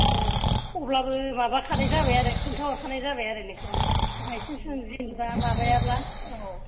औ अब्लाबो माबाखानाय जाबाय आरो खोनथाहरखानाय जाबाय आरो नोंखौ बायसानसाव जेन'बा माबायाब्ला औ